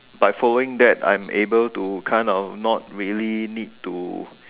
by following that I'm able to kind of not really need to